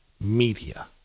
media